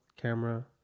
camera